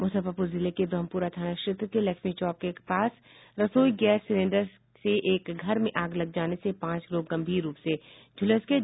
मूजफ्फरपूर जिले के ब्रहमपूरा थाना क्षेत्र के लक्ष्मी चौक के पास रसोई गैस सिलेंडर से एक घर में आग लग जाने से पांच लोग गंभीर रूप से झूलस गये